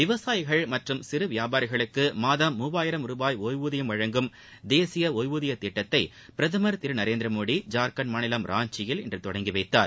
விவசாயிகள் மற்றம் சிறு வியாபாரிகளுக்கு மாதம் மூவாயிரம் ரூபாய் ஒய்வூதியம் வழங்கும் தேசிய ஒய்வூதியத் திட்டத்தை பிரதம் திரு நரேந்திரமோடி ஜார்க்கண்ட் மாநிலம் ராஞ்சியில் இன்று தொடங்கி வைத்தார்